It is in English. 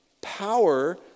power